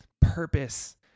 purpose